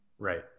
Right